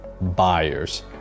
buyers